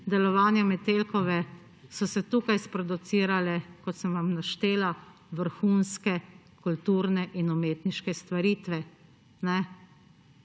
delovanja Metelkove so se tukaj sproducirale, kot sem vam naštela, vrhunske kulturne in umetniške stvaritve.